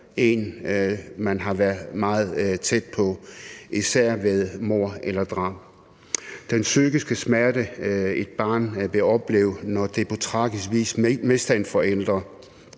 en, man har været meget tæt på, især ved mord eller drab. Den psykiske smerte, et barn vil opleve, når det på tragisk vis mister en forælder,